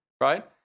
right